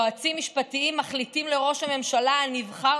יועצים משפטיים מחליטים לראש הממשלה הנבחר